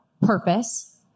purpose